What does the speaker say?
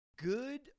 Good